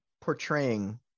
portraying